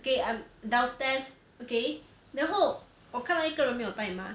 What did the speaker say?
okay I'm downstairs okay 然后我看到一个人没有戴 mask